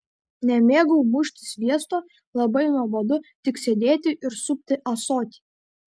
nemėgau mušti sviesto labai nuobodu tik sėdėti ir supti ąsotį